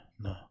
no